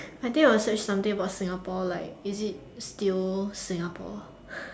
I would think search something about Singapore like is it still Singapore